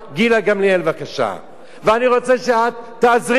ואני רוצה שתעזרי לי בעניין הזה,